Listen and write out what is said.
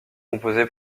composé